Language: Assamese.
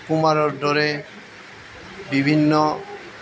কুমাৰৰ দৰে বিভিন্ন